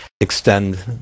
extend